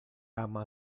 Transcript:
ama